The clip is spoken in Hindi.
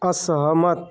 असहमत